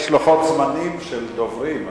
יש לוחות זמנים של דוברים.